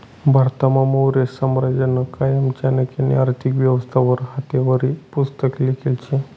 भारतमा मौर्य साम्राज्यना कायमा चाणक्यनी आर्थिक व्यवस्था वर हातेवरी पुस्तक लिखेल शे